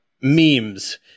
memes